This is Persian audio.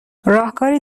راهکاریی